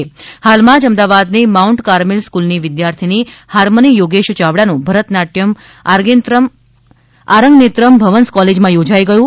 ભરતનાટ્યમ હાલમાં જ અમદાવાદની માઉન્ટ કાર્મેલ સ્કુલની વિદ્યાર્થીની હાર્મની યોગેશ ચાવડાનું ભરતનાયટ્યમ આરંગનેત્રમ ભવન્સ કોલેજમાં યોજાઇ ગયું